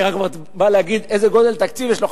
אני רק בא להגיד איזה גודל תקציב יש לו,